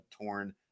torn